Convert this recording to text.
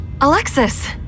Alexis